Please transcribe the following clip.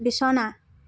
বিছনা